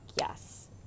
yes